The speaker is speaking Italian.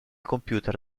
computer